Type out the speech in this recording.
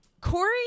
Corey